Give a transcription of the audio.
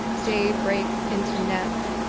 day breaks into nets,